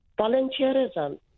Volunteerism